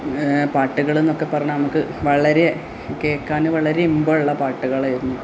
പാട്ടുകളെന്നൊക്കെ പറഞ്ഞാൽ നമുക്ക് വളരെ കേൾക്കാനും വളരെ ഇമ്പമുളള പാട്ടുകളായിരുന്നു